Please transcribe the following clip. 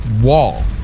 wall